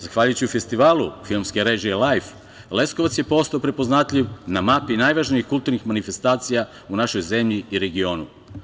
Zahvaljujući festivalu filmske režije "Lajf" Leskovac je postao prepoznatljiv na mapi najvažnijih kulturnih manifestacija u našoj zemlji i regionu.